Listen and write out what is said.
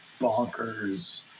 bonkers